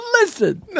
listen